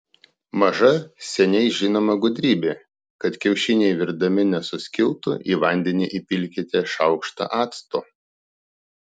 maža seniai žinoma gudrybė kad kiaušiniai virdami nesuskiltų į vandenį įpilkite šaukštą acto